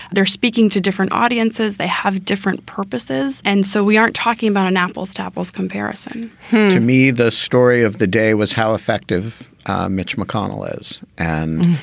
they're speaking to different audiences. they have different purposes. and so we aren't talking about an apples to apples comparison to me, the story of the day was how effective mitch mcconnell is. and,